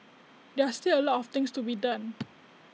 there are still A lot of things to be done